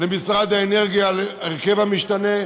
למשרד האנרגיה על ההרכב המשתנה,